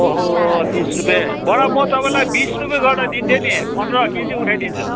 ओहो तिस रुपियाँ बडा म तपाईँलाई बिस रुपियाँ गरेर दिन्थे नि पन्ध्र केजी उठाइदिन्छु